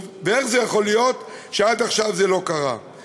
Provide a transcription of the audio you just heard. ואיך זה יכול להיות שעד עכשיו זה לא קרה,